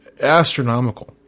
astronomical